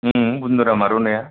बन्धुराम आर'नाइया